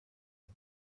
the